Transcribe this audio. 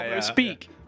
Speak